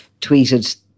tweeted